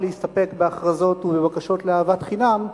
להסתפק בהכרזות ובבקשות לאהבת חינם אלא,